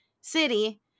city